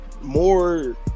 more